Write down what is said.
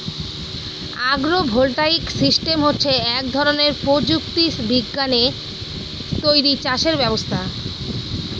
আগ্র voltaic system হচ্ছে এক ধরনের প্রযুক্তি বিজ্ঞানে তৈরী চাষের ব্যবস্থা